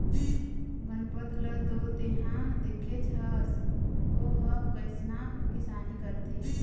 गनपत ल तो तेंहा देखेच हस ओ ह कइसना किसानी करथे